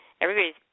Everybody's